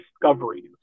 discoveries